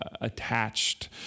attached